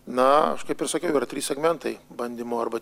na aš kaip ir sakiau yra trys segmentai bandymo arba